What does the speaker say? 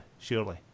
surely